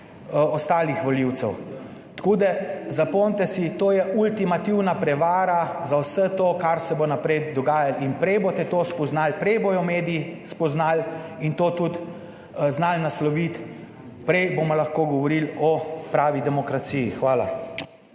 ostalih volivcev. Tako, da zapomnite si, to je ultimativna prevara za vse to, kar se bo naprej dogajalo in prej boste to spoznali, prej bodo mediji spoznali in to tudi znali nasloviti, prej bomo lahko govorili o pravi demokraciji. Hvala.